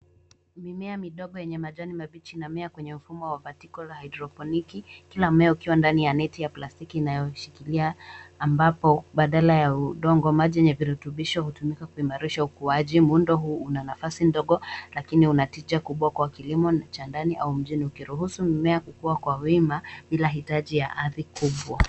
Mimea midogo yenye majani mabichi inamea kwenye mfumo wa vertical haidroponiki kila mmea ukiwa ndani ya neti ya plastiki inayoshikilia ambapo badala ya udongo maji yenye virutubisho hutumika kuimarisha ukuaji. Muundo huu una nafasi ndogo lakini una tija kubwa kwa kilimo cha ndani ukiruhusu mimea kukua kwa wima bila hitaji ya ardhi kubwa.